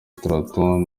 straton